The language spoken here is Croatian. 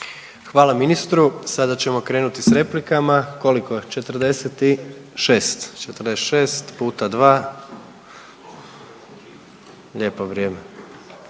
Hvala ministru. Sada ćemo krenuti s replikama, koliko je, 46. 46 puta 2 lijepo vrijeme,